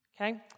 okay